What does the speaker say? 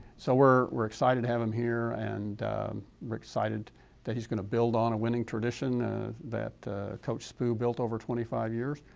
so we're we're excited to have him here, and we're excited that he's going to build on a winning tradition that coach spoo built over twenty five years.